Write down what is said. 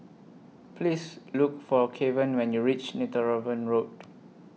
Please Look For Kevan when YOU REACH Netheravon Road